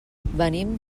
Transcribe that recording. venim